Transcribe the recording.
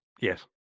yes